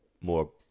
more